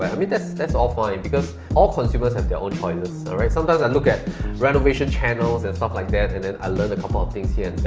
i mean that's that's all fine because all consumers have their own choices, all right? sometimes i look at renovation channels and stuff like that, then and and i learn a couple of things here and there.